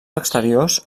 exteriors